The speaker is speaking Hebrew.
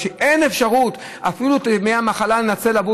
שאין אפשרות אפילו את ימי המחלה לנצל עבור